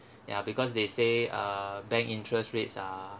ya because they say uh bank interest rates are